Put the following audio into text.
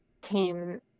came